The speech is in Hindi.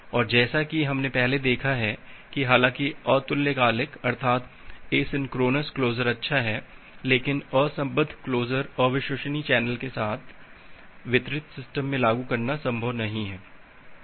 और जैसा कि हमने पहले देखा है कि हालांकि अतुल्यकालिक अर्थात एसिन्क्रोनस क्लोजर अच्छा है लेकिन असंबद्ध क्लोजर अविश्वसनीय चैनल के साथ वितरित सिस्टम में लागू करना संभव नहीं है